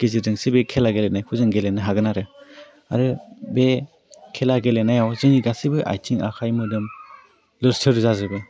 गेजेरजोंसो बे खेला गेलेनायखौ जों गेलेनो हागोन आरो आरो बे खेला गेलेनायाव जोंनि गासिबो आइथिं आखाइ मोदोम लोरसोर जाजोबो